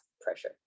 pressure